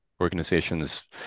organizations